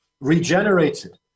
regenerated